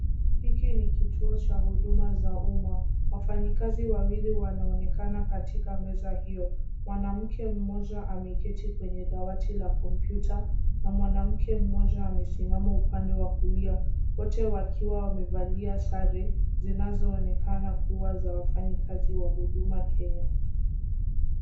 Hiki ni kituo cha huduma za umma. Wafanyikazi wawili wanaonekana katika meza hiyo. Mwanamke mmoja ameketi kwenye dawati la kompyuta na mwanamke mmoja amesimama upande wa kulia. Wote wakiwa wamevalia sare zinazoonekana kuwa za wafanyikazi wa Huduma Kenya.